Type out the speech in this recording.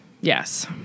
Yes